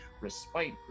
Respite